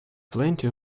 plenty